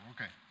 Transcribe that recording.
Okay